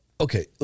Okay